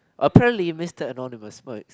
apparently Mr Anonymous smokes